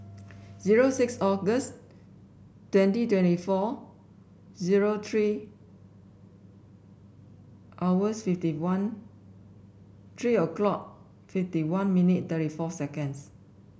zero six August twenty twenty four zero three hours fifty one three o'clock fifty one minute thirty four seconds